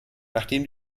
nachdem